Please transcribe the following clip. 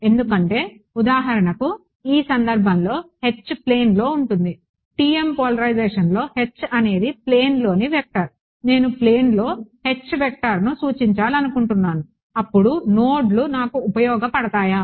ఎందుకంటే ఉదాహరణకు ఈ సందర్భంలో H ప్లేన్లో ఉంటుంది TM పోలరైజేషన్లో H అనేది ప్లేన్లోని వెక్టర్ నేను ప్లేన్లో H వెక్టర్ను సూచించాలనుకుంటున్నాను అప్పుడు నోడ్లు నాకు ఉపయోగపడతాయా